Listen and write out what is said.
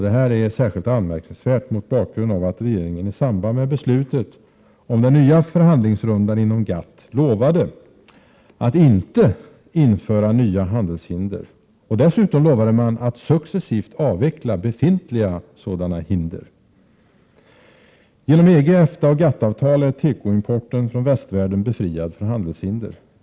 Detta är särskilt anmärkningsvärt mot bakgrund av att regeringen i samband med beslutet om den nya förhandlingsrundan inom GATT lovade att inte införa nya handelshinder. Dessutom lovade man att successivt avveckla befintliga sådana hinder. Genom EG-, EFTA och GATT-avtal är tekoimporten från västvärlden befriad från handelshinder.